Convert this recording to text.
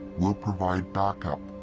we'll provide backup.